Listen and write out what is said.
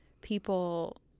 people